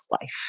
life